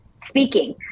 speaking